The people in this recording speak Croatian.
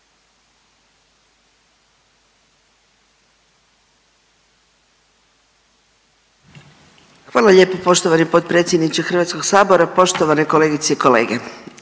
Zahvaljujem poštovani potpredsjedniče Hrvatskog sabora, poštovane kolegice i kolege